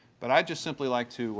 but i'd just simply like to